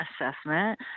assessment